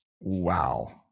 Wow